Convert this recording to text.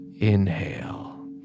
inhale